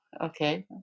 okay